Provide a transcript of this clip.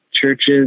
churches